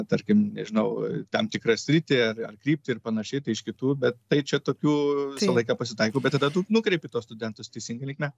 tarkim nežinau tam tikrą sritį ar ar kryptį ir panašiai tai iš kitų bet tai čia tokių visą laiką pasitaiko bet tada tu nukreipi tuos studentus teisinga linkme